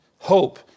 Hope